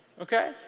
Okay